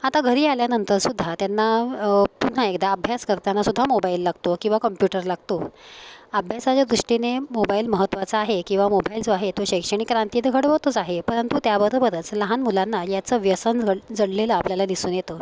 आता घरी आल्यानंतरसुद्धा त्यांना पुन्हा एकदा अभ्यास करतानासुद्धा मोबाईल लागतो किंवा कम्प्युटर लागतो अभ्यासाच्या दृष्टीने मोबाईल महत्त्वाचा आहे किंवा मोबाईल जो आहे तो शैक्षणिक क्रांती तर घडवतच आहे परंतु त्याबरोबरच लहान मुलांना याचं व्यसन जळ जडलेलं आपल्याला दिसून येतं